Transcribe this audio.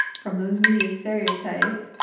from those media stereotypes,